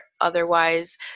otherwise